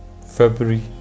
February